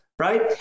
Right